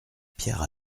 pierre